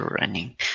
running